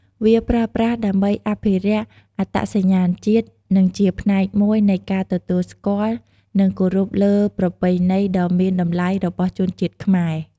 វាប្រើប្រាស់ដើម្បីអភិរក្សអត្តសញ្ញាណជាតិ និងជាផ្នែកមួយនៃការទទួលស្គាល់និងគោរពលើប្រពៃណីដ៏មានតម្លៃរបស់ជនជាតិខ្មែរ។